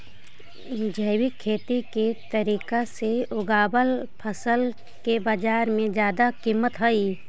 जैविक खेती के तरीका से उगाएल फसल के बाजार में जादा कीमत हई